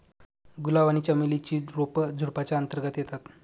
गुलाब आणि चमेली ची रोप झुडुपाच्या अंतर्गत येतात